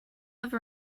have